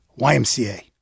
YMCA